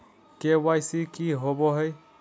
KYC की होबो है?